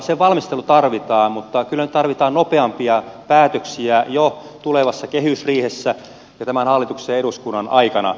sen valmistelu tarvitaan mutta kyllä nyt tarvitaan nopeampia päätöksiä jo tulevassa kehysriihessä ja tämän hallituksen ja eduskunnan aikana